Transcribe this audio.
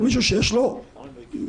על תושבי הצפון,